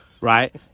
right